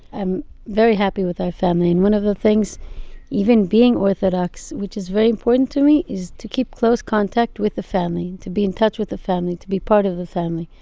i'm very happy with our family. and one of the things even being orthodox, which is very important to me, is to keep close contact with the family. to be in touch with the family to be part of the family.